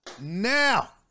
Now